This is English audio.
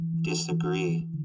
disagree